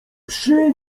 przy